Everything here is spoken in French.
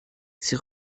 ses